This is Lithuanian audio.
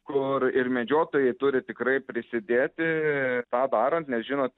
kur ir medžiotojai turi tikrai prisidėti tą darant nes žinot